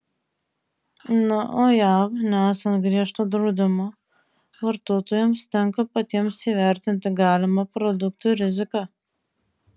na o jav nesant griežto draudimo vartotojams tenka patiems įvertinti galimą produktų riziką